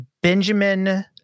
Benjamin